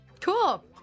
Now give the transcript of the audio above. Cool